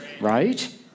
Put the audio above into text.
right